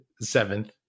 seventh